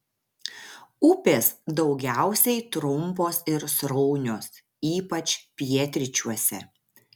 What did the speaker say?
upės daugiausiai trumpos ir sraunios ypač pietryčiuose